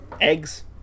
eggs